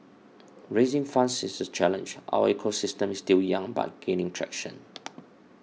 raising funds is a challenge our ecosystem is still young but gaining traction